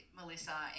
Melissa